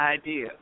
idea